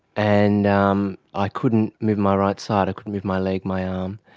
and um i couldn't move my right side, i couldn't move my leg, my um